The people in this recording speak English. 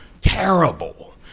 terrible